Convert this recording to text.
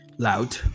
Loud